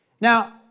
Now